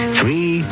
Three